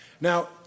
Now